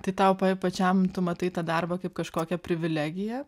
tai tau pa pačiam tu matai tą darbą kaip kažkokią privilegiją